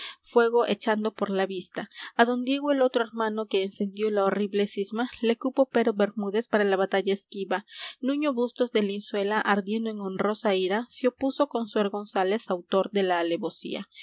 fuego echando por la vista á don diego el otro hermano que encendió la horrible cisma le cupo pero bermúdez para la batalla esquiva nuño bustos de linzuela ardiendo en honrosa ira se opuso con suer gonzález autor de la alevosía